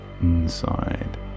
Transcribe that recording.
inside